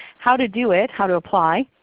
how to do it, how to apply,